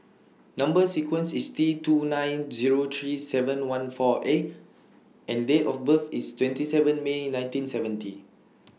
Number sequence IS T two nine Zero three seven one four A and Date of birth IS twenty seven May nineteen seventy